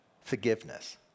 forgiveness